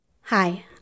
Hi